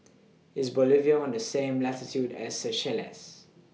IS Bolivia on The same latitude as Seychelles